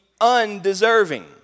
undeserving